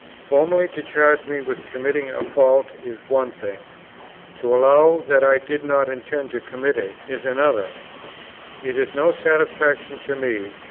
formally to charge me with committing a fault is one thing to allow that i did not intend to commit it, is another it is no satisfaction to me,